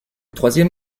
troisième